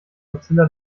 mozilla